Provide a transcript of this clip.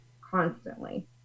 constantly